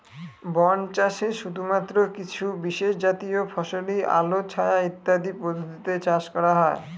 বন চাষে শুধুমাত্র কিছু বিশেষজাতীয় ফসলই আলো ছায়া ইত্যাদি পদ্ধতিতে চাষ করা হয়